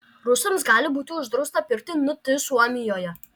rusams gali būti uždrausta pirkti nt suomijoje